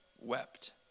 wept